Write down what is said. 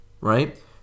right